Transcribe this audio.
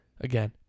Again